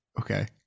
Okay